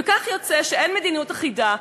וכך יוצא שאין מדיניות אחידה,